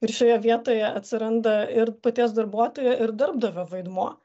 ir šioje vietoje atsiranda ir paties darbuotojo ir darbdavio vaidmuo